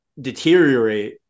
deteriorate